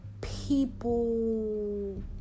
people